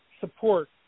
support